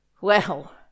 Well